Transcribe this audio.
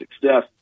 success